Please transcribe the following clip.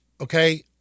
okay